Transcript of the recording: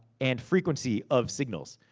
and frequency of signals.